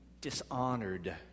dishonored